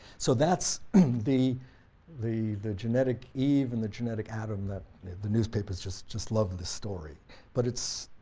so that's the the the genetic eve and the genetic adam that the newspapers just just love this story but it's